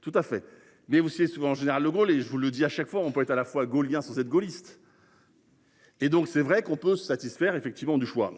Tout à fait mais vous savez souvent général de Gaulle et je vous le dis à chaque fois on pouvait à la fois gaullien sur cette gaulliste. Et donc c'est vrai qu'on peut se satisfaire effectivement du choix.